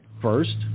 First